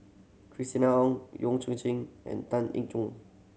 Christina Ong Yong and Tan Eng